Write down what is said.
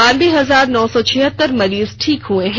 बानबे हजार नौ सौ छिहत्तर मरीज ठीक हुए हैं